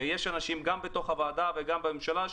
יש אנשים גם בתוך הוועדה וגם בממשלה,